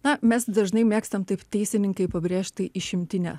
na mes dažnai mėgstam taip teisininkai pabrėžti išimtinę